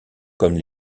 comme